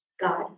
God